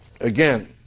again